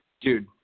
dude